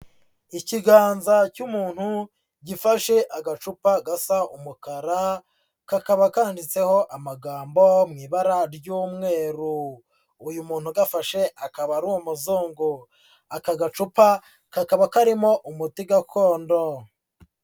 Ikiganza cy'umuntu gifashe agacupa gasa umukara, kakaba kanditseho amagambo mu ibara ry'umweru, uyu muntu ugafashe akaba ari umuzungu, aka gacupa kakaba karimo umuti gakondo.